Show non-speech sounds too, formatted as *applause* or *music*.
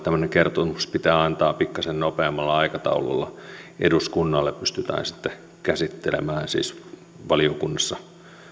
*unintelligible* tämmöinen kertomus pitää antaa pikkasen nopeammalla aikataululla eduskunnalle jotta pystytään sitten käsittelemään valiokunnassa